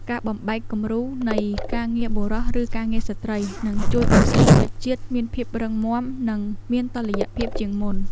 ការបំបែកគំរូនៃ ការងារបុរស ឬការងារស្ត្រី នឹងជួយឱ្យសេដ្ឋកិច្ចជាតិមានភាពរឹងមាំនិងមានតុល្យភាពជាងមុន។